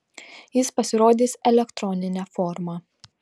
jis pasirodys elektronine forma